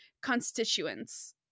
Constituents